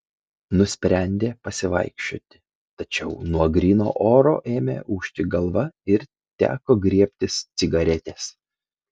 nusprendė pasivaikščioti tačiau nuo gryno oro ėmė ūžti galva ir teko griebtis cigaretės